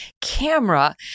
camera